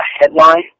headline